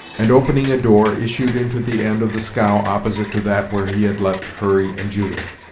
and opening a door issued into the end of the scow opposite to that where he had left hurry and judith.